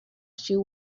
she